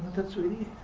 that's really